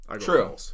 True